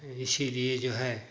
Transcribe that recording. इसीलिए जो है